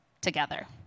together